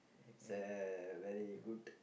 it's a very good